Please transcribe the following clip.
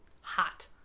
hot